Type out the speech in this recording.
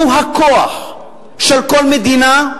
הוא הכוח של כל מדינה,